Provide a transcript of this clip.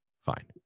fine